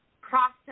process